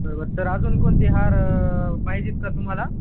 बरं बरं सर अजून कोणते हार पाहिजेत का तुम्हाला